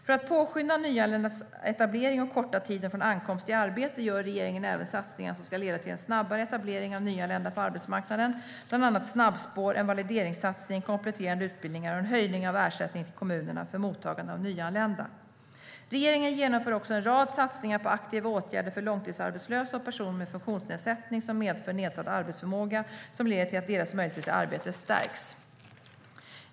För att påskynda nyanländas etablering och korta tiden från ankomst till arbete gör regeringen även satsningar som ska leda till en snabbare etablering av nyanlända på arbetsmarknaden, bland annat snabbspår, en valideringssatsning, kompletterande utbildningar och en höjning av ersättningen till kommunerna för mottagande av nyanlända. Regeringen genomför också en rad satsningar på aktiva åtgärder för långtidsarbetslösa och personer med funktionsnedsättning som medför nedsatt arbetsförmåga som leder till att deras möjligheter till arbete stärks.